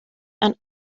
and